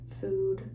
food